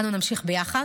אנו נמשיך ביחד,